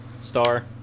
star